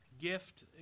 gift